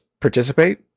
participate